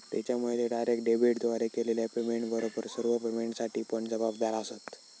त्येच्यामुळे ते डायरेक्ट डेबिटद्वारे केलेल्या पेमेंटबरोबर सर्व पेमेंटसाठी पण जबाबदार आसंत